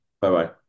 Bye-bye